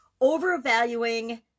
overvaluing